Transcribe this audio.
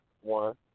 one